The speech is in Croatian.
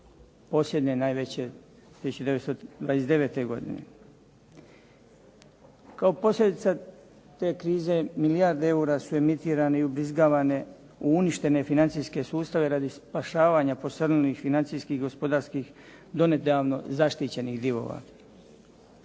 posljednje najveće 1929. godine. Kao posljedica te krize milijardu eura su emitirani i ubrizgavane u uništene financijske sustave radi spašavanja posrnulih financijskih gospodarskih donedavno zaštićenih divova.